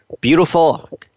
beautiful